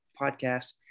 podcast